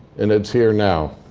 and it's here now.